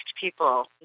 people